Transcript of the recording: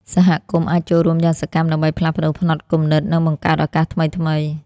សហគមន៍អាចចូលរួមយ៉ាងសកម្មដើម្បីផ្លាស់ប្ដូរផ្នត់គំនិត និងបង្កើតឱកាសថ្មីៗ។